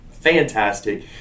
fantastic